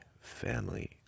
Family